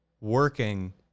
working